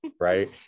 right